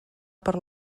per